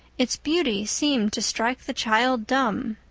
its beauty seemed to strike the child dumb.